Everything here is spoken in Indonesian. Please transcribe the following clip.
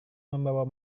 membawa